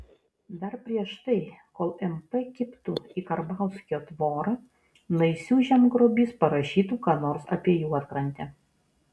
dar prieš tai kol mp kibtų į karbauskio tvorą naisių žemgrobys parašytų ką nors apie juodkrantę